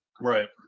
right